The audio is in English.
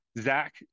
Zach